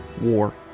war